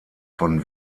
von